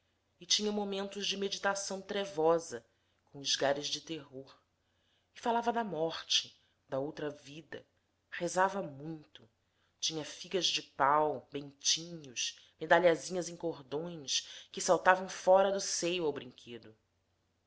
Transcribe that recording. e tinha momentos de meditação trevosa com esgares de terror e falava da morte da outra vida rezava muito tinha figas de pau bentinhos medalhazinhas em cordões que saltavam fora do seio ao brinquedo